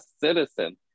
citizen